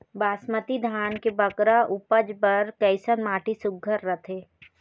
बासमती धान के बगरा उपज बर कैसन माटी सुघ्घर रथे?